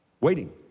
Waiting